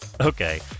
Okay